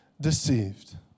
deceived